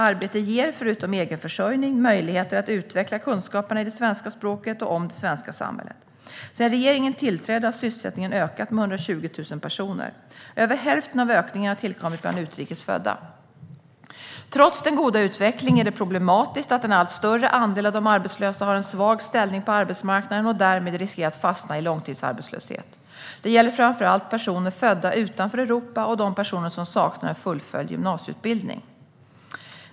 Arbete ger, förutom egenförsörjning, möjligheter att utveckla kunskaperna i det svenska språket och om det svenska samhället. Sedan regeringen tillträdde har sysselsättningen ökat med 120 000 personer. Över hälften av ökningen har tillkommit bland utrikes födda. Trots den goda utvecklingen är det problematiskt att en allt större andel av de arbetslösa har en svag ställning på arbetsmarknaden och därmed riskerar att fastna i långtidsarbetslöshet. Det gäller framför allt personer födda utanför Europa och de personer som saknar en fullföljd gymnasieutbildning.